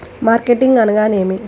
Marketing అనగానేమి?